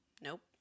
nope